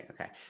okay